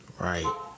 Right